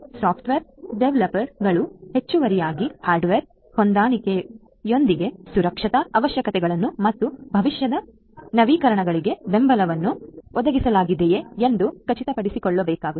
software ಡೆವಲಪರ್ಗಳು ಹೆಚ್ಚುವರಿಯಾಗಿ hardware ಹೊಂದಾಣಿಕೆಯೊಂದಿಗೆ ಸುರಕ್ಷತಾ ಅವಶ್ಯಕತೆಗಳನ್ನು ಮತ್ತು ಭವಿಷ್ಯದ ನವೀಕರಣಗಳಿಗೆ ಬೆಂಬಲವನ್ನು ಒದಗಿಸಲಾಗಿದೆಯೆ ಎಂದು ಖಚಿತಪಡಿಸಿಕೊಳ್ಳಬೇಕಾಗುತ್ತದೆ